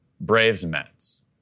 Braves-Mets